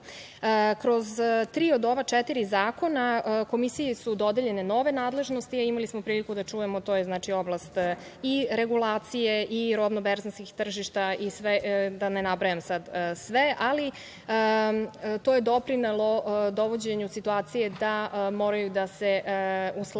tri od ova četiri zakona Komisiji su dodeljene nove nadležnosti, imali smo priliku da to čujemo, oblast regulacije, robno-berzanskih tržište i da ne nabrajam sve, ali, to je doprinelo dovođenju situacije da moraju da se usklađuju